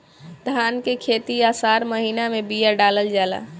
धान की खेती आसार के महीना में बिया डालल जाला?